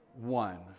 one